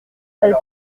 elles